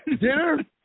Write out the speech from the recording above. Dinner